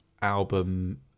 album